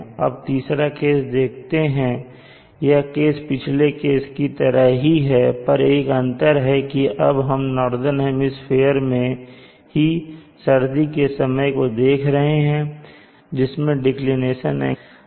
अब तीसरा केस देखते हैं यह केस पिछले केस की तरह ही है पर एक अंतर है कि अब हम नॉर्दन हेमिस्फीयर में ही सर्दी के समय को देख रहे हैं जिसमें डिक्लिनेशन एंगल नेगेटिव होगा